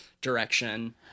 direction